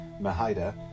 Mahida